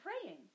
praying